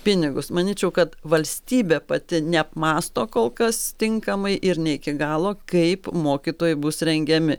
pinigus manyčiau kad valstybė pati neapmąsto kol kas tinkamai ir ne iki galo kaip mokytojai bus rengiami